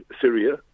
syria